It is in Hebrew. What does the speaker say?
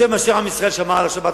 יותר מששמר עם ישראל על השבת,